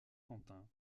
quentin